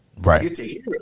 right